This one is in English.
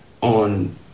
on